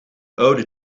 oude